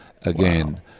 again